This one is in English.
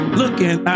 looking